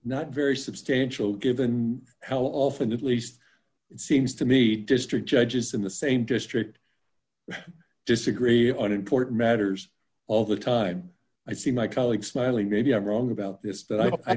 not very substantial given how often at least it seems to me district judges in the same district disagree on important matters all the time i see my colleague smiling maybe i'm wrong about this